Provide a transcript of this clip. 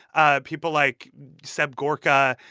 ah people like seb gorka,